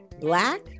Black